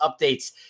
updates